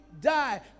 die